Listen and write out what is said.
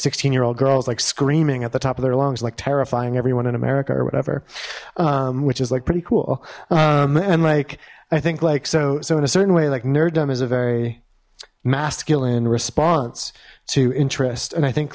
sixteen year old girls like screaming at the top of their lungs like terrifying everyone in america or whatever which is like pretty cool and like i think like so so in a certain way like nerd um is a very masculine response to interest and i think